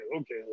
okay